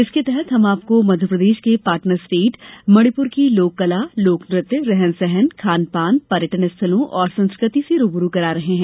इसके तहत हम आपको मध्यप्रदेश कें पार्टनर स्टेट मणिपुर की लोककला लोकनत्य रहन सहन खान पान पर्यटन स्थलों और संस्कृति से रू ब रू करा रहे हैं